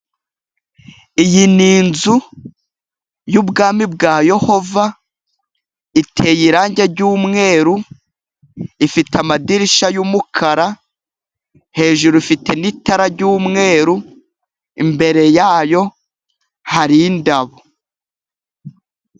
Iyi ni inzu y'ubwami bwa Yehova, iteye irangi ry'umweru, ifite amadirishya y'umukara, hejuru ifite n'itara ry'umweru, imbere yayo hari indabo.